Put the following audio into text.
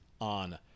on